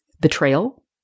Betrayal